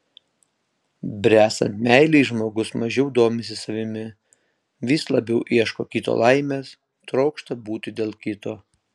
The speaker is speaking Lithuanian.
bręstant meilei žmogus mažiau domisi savimi vis labiau ieško kito laimės trokšta būti dėl kito